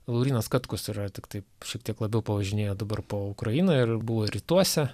laurynas katkus yra tiktai šiek tiek labiau pavažinėjo dabar po ukrainą ir buvo rytuose